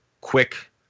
quick